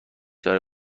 داره